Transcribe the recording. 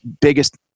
biggest